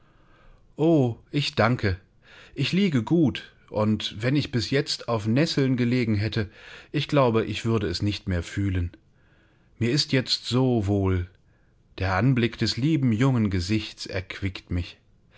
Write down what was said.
o ich danke ich liege gut und wenn ich bis jetzt auf nesseln gelegen hätte ich glaube ich würde es nicht mehr fühlen mir ist jetzt so wohl der anblick des lieben jungen gesichts erquickt mich